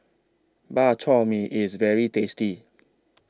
Bak Chor Mee IS very tasty